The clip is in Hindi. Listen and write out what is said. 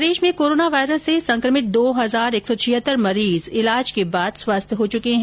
प्रदेश में कोरोना वायरस से संकमित दो हजार एक सौ छियेत्तर मरीज ईलाज के बाद स्वस्थ हो चुके है